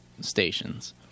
stations